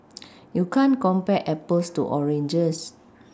you can't compare Apples to oranges